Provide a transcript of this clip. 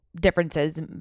differences